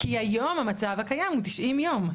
כי היום המצב הקיים הוא 90 יום.